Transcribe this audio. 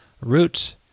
root